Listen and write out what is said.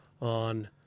on